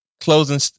closing